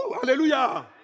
Hallelujah